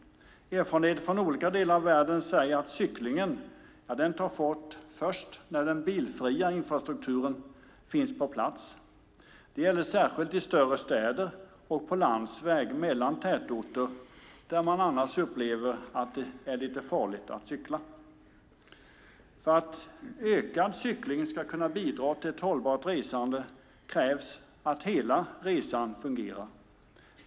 Erfarenheter från olika delar av världen säger att cyklingen tar fart först när den bilfria infrastrukturen finns på plats. Det gäller särskilt i större städer och på landsväg mellan tätorter där det annars upplevs lite farligt att cykla. För att ökad cykling ska kunna bidra till ett hållbart resande krävs att hela resan fungerar.